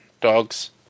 Dogs